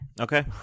Okay